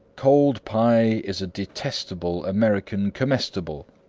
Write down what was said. cold pie is a detestable american comestible.